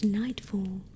nightfall